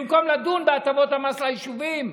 במקום לדון על הטבות המס ליישובים.